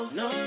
no